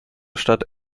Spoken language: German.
stadt